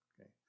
Okay